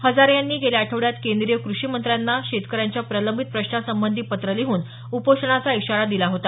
हजारे यांनी गेल्या आठवड्यात केंद्रीय कृषी मंत्र्यांना शेतकर्यांच्या प्रलंबित प्रश्नांसंबंधी पत्र लिहून उपोषणाचा इशारा दिला होता